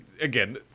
again